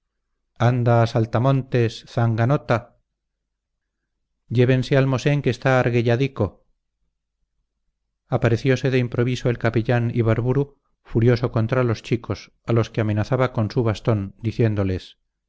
anda saltamontes zanganota llévense al mosén que está arguelladico apareciose de improviso el capellán ibarburu furioso contra los chicos a los que amenazaba con su bastón diciéndoles